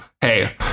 Hey